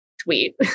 tweet